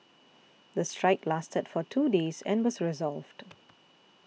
the strike lasted for two days and was resolved